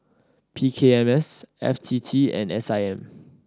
P K M S F T T and S I M